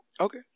okay